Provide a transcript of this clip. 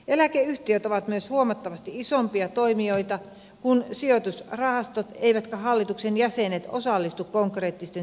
eläkeyhtiöt ovat myös huomattavasti isompia toimijoita kuin sijoitusrahastot eivätkä hallituksen jäsenet osallistu konkreettisten sijoituspäätösten tekemiseen